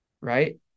right